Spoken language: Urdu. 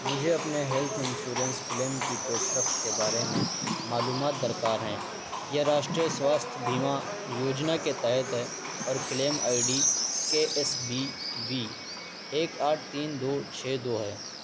مجھے اپنے ہیلتھ انشورنس کلیم کی پیش رفت کے بارے میں معلومات درکار ہیں یہ راشٹریہ سواستھ بیمہ یوجنا کے تحت ہے اور claim ID K S B V وی ایک آٹھ تین دو چھ دو ہے